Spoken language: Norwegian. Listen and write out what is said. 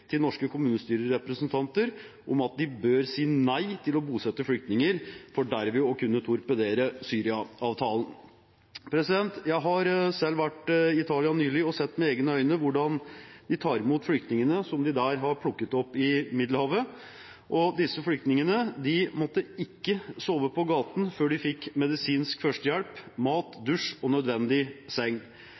til norske kommunestyrerepresentanter om at de bør si nei til å bosette flyktninger, for derved å kunne torpedere Syria-avtalen. Jeg har selv vært i Italia nylig og sett med egne øyne hvordan de tar imot flyktningene som de har plukket opp i Middelhavet. Disse flyktningene måtte ikke sove på gaten før de fikk medisinsk førstehjelp, mat, dusj og nødvendig seng.